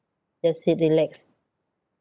just sit relax